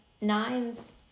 nines